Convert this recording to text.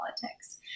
politics